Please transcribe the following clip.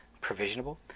provisionable